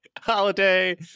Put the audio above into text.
Holiday